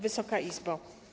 Wysoka Izbo!